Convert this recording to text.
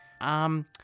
Um